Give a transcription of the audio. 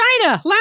china